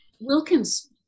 Wilkins